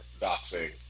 doxing